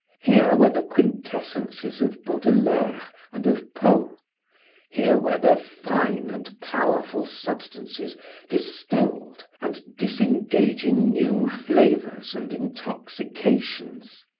here were the quintessences of baudelaire and of poe here were their fine and powerful substances distilled and disengaging new flavors and intoxications.